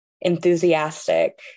enthusiastic